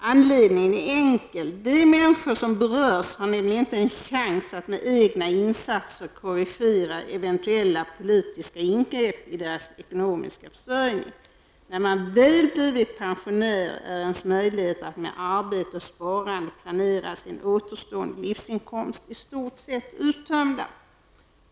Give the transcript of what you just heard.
Anledningen är enkel. De människor som berörs har nämligen inte en chans att med egna insatser korrigera eventuella politiska ingrepp i deras ekonomiska försörjning. När man väl blivit pensionär är ens möjligheter att med arbete och sparande planera sin återstående livsinkomst i stort sett uttömda.''